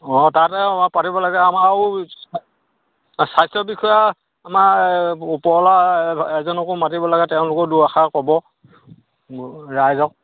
অ তাতে পাতিব লাগে আমাৰ আৰু স্বাস্থ্য বিষয়া আমাৰ ওপৰলা এ এজনকো মাতিব লাগে তেওঁলোকো দুআাষাৰ ক'ব ৰাইজক